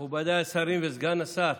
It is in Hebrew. מכובדיי השרים וסגן השר,